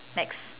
next